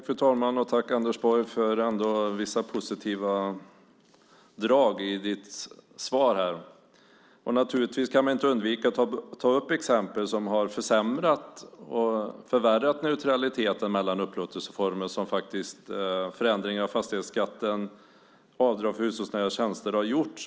Fru talman! Tack, Anders Borg, för vissa positiva drag i ditt svar! Man kan inte undvika att ta upp exempel som har försämrat och förvärrat neutraliteten mellan upplåtelseformer, som förändring av fastighetsskatten och avdrag för hushållsnära tjänster har gjort.